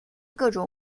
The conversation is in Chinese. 各种